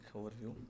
overview